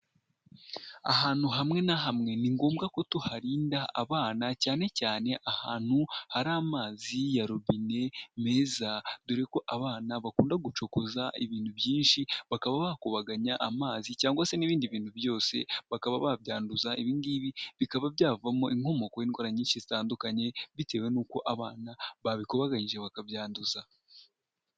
Ahantu hamwe na hamwe ni ngombwa ko tuharinda abana, cyane cyane ahantu hari amazi ya robine meza; dore ko abana bakunda gucokuza ibintu byinshi, bakaba bakubaganya amazi cyangwa se n'ibindi bintu byose, bakaba babyanduza. Ibi ngibi bikaba byavamo inkomoko y'indwara nyinshi zitandukanye, bitewe n'uko abana babikubaganyirije, bakabyanduza.